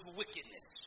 wickedness